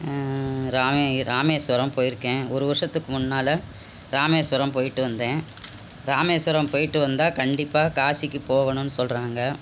ராமே ராமேஸ்வரம் போயிருக்கேன் ஒரு வருஷத்துக்கு முன்னால் ராமேஸ்வரம் போயிவிட்டு வந்தேன் ராமேஸ்வரம் போயிவிட்டு வந்தால் கண்டிப்பாக காசிக்கு போகணுன்னு சொல்லுறாங்க